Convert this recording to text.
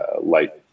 light